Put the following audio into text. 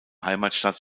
heimatstadt